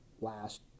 last